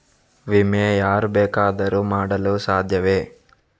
ವಿಮೆ ಯಾರು ಬೇಕಾದರೂ ಮಾಡಲು ಸಾಧ್ಯವೇ?